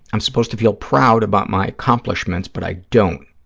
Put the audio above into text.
i'm supposed to feel proud about my accomplishments but i don't.